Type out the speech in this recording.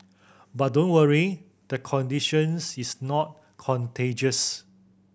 but don't worry the conditions is not contagious